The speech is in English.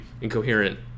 incoherent